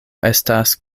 estas